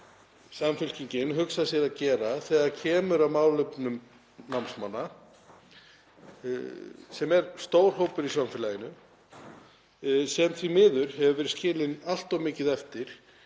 Samfylkingin hugsað sér að gera þegar kemur að málefnum námsmanna? Þeir eru stór hópur í samfélaginu sem því miður hefur verið skilinn allt of mikið eftir